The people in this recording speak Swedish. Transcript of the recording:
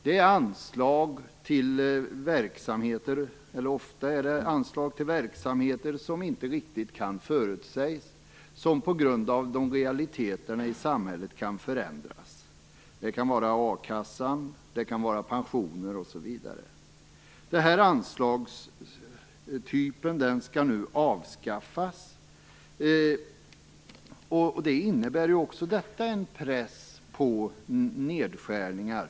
Det rör sig ofta om anslag till verksamheter som inte riktigt kan förutsägas, som på grund av realiteterna i samhället kan förändras. Det kan vara a-kassa, pensioner osv. Den här anslagstypen skall nu avskaffas. Också detta innebär en press på nedskärningar.